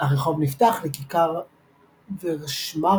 הרחוב נפתח לכיכר ורשמארטי